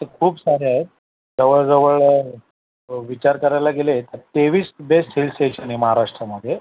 तर खूप सारे आहेत जवळजवळ विचार करायला गेले तर तेवीस बेस्ट हिल स्टेशन आहे महाराष्ट्रामध्ये